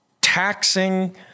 taxing